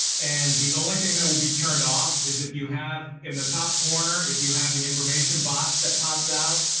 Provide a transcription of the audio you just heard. and the only thing that will be turned off is if you have, in the top corner, if you have the information box that pops out?